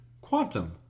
Quantum